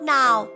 now